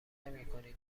نمیکنی